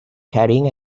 carrying